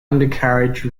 undercarriage